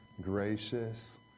gracious